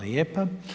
lijepa.